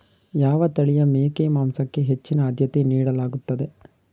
ಯಾವ ತಳಿಯ ಮೇಕೆ ಮಾಂಸಕ್ಕೆ ಹೆಚ್ಚಿನ ಆದ್ಯತೆ ನೀಡಲಾಗುತ್ತದೆ?